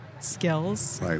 skills